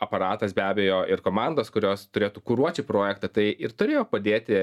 aparatas be abejo ir komandos kurios turėtų kuruot šį projektą tai ir turėjo padėti